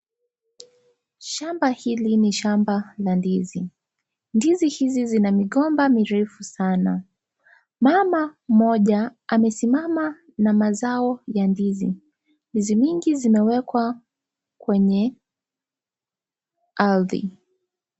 Shamba hili ni shamba la ndizi . Ndizi hizi zina migomba mirefu sana . Mama mmoja amesimama na mazao ya ndizi . Ndizi nyingi zimewekwa kwenye ardhi.